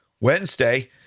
Wednesday